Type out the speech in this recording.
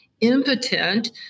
impotent